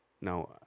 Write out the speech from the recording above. now